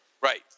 Right